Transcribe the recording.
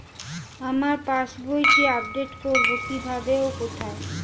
আমার পাস বইটি আপ্ডেট কোরবো কীভাবে ও কোথায়?